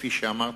כפי שאמרתי,